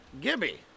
Gibby